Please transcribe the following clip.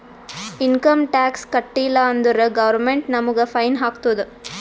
income tax ಕಟ್ಟೀಲ ಅಂದುರ್ government ನಮುಗ್ ಫೈನ್ ಹಾಕ್ತುದ್